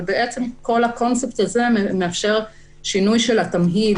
אבל כל הקונספט הזה מאפשר שינוי של התמהיל